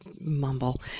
mumble